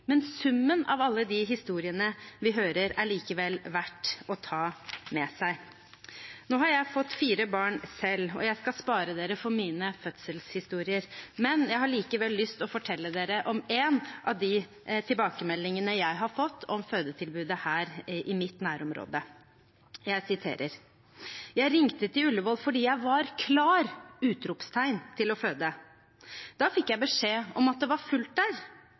men summen av alle de historiene vi hører, er det likevel verdt å ta med seg. Jeg har selv fått fire barn, og jeg skal spare dere for mine fødselshistorier, men jeg har likevel lyst å fortelle dere om én av de tilbakemeldingene jeg har fått om fødetilbudet her i mitt nærområde, og jeg siterer: «Jeg ringte til Ullevål fordi jeg var klar til å føde. Da fikk jeg beskjed om at det var fullt der.